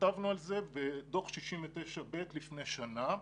כתבנו על זה בדוח 69ב לפני שנה.